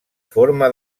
forma